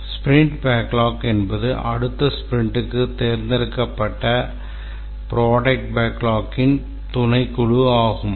sprint backlog என்பது அடுத்த ஸ்பிரிண்டிற்கு தேர்ந்தெடுக்கப்பட்ட ப்ரோடக்ட் பேக்லாக்களின் துணைக்குழு ஆகும்